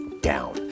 down